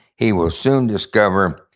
he will soon discover,